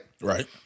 Right